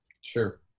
sure